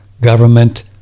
government